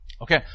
Okay